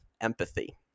empathy